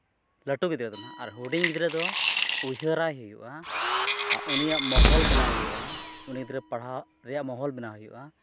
ᱞᱟᱹᱴᱩ ᱜᱤᱫᱽᱨᱟᱹ ᱫᱚ ᱦᱟᱸᱜ ᱟᱨ ᱦᱩᱰᱤᱧ ᱜᱤᱫᱽᱨᱟᱹ ᱫᱚ ᱩᱭᱦᱟᱹᱨ ᱟᱭ ᱦᱩᱭᱩᱜᱼᱟ ᱩᱱᱤᱭᱟᱜ ᱢᱚᱦᱚᱞ ᱵᱮᱱᱟᱣ ᱦᱩᱭᱩᱜᱼᱟ ᱩᱱᱤ ᱫᱚ ᱯᱟᱲᱦᱟᱣ ᱨᱮᱭᱟᱜ ᱢᱚᱦᱚᱞ ᱵᱮᱱᱟᱣ ᱦᱩᱭᱩᱜᱼᱟ